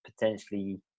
potentially